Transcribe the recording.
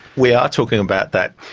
we are talking about that.